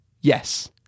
yes